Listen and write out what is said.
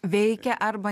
veikia arba